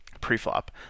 pre-flop